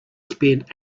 spend